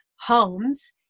homes